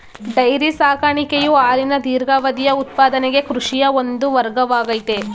dairy ಸಾಕಾಣಿಕೆಯು ಹಾಲಿನ ದೀರ್ಘಾವಧಿಯ ಉತ್ಪಾದನೆಗೆ ಕೃಷಿಯ ಒಂದು ವರ್ಗವಾಗಯ್ತೆ